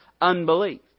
unbelief